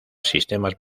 sistemas